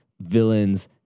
villains